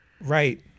right